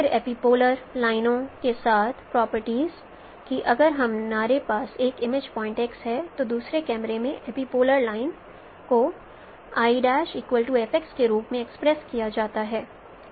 फिर एपीपोलर लाइनों के साथ प्रॉपर्टीज कि अगर हमारे पास एक इमेज पॉइंट् x है तो दूसरे कैमरे में एपीपोलर लाइन को l F x के रूप में एक्सप्रेस किया जाता है